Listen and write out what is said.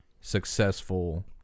successful